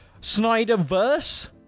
Snyderverse